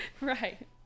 Right